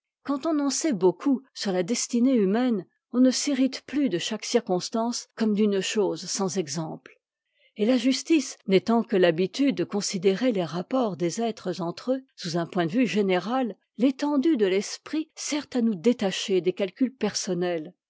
quand on en sait beaucoup sur la destinée humaine on ne s'irrite plus de chaque circonstance comme d'une chose sans exemple et la justice n'étant que l'habitude de considérer les rapports des êtres entre eux sous un point de vue général l'étendue de l'esprit sert à nous détacher des calculs personnels